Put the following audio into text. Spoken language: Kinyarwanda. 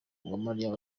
uwamariya